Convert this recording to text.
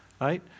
Right